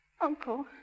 Uncle